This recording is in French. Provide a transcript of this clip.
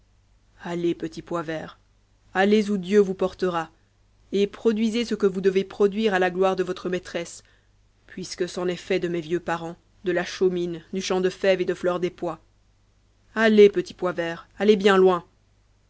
allez petit pois vert allez où dieu vous portera et produisez ce que vous devez produire à la gloire de votre maîtresse puisque c'en est fait de mes vieux parents de la chaumine du champ de fèves et de fleur des pois allez petit pois vert allez bien loin